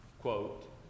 Quote